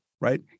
right